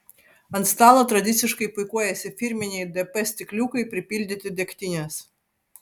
ant stalo tradiciškai puikuojasi firminiai dp stikliukai pripildyti degtinės